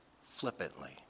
flippantly